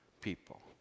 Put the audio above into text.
people